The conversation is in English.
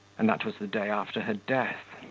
and that was the day after her death,